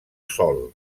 sòl